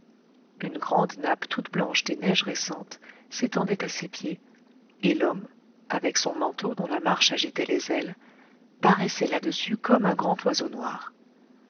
une grande nappe toute blanche des neiges récentes s'étendait à ses pieds et l'homme avec son manteau dont la marche agitait les ailes paraissait là-dessus comme un grand oiseau noir